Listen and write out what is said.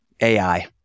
AI